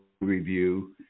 review